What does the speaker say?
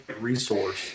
resource